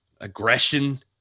aggression